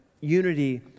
Unity